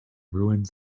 ruins